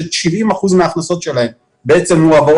ש-70 אחוזים מההכנסות שלהן מועברים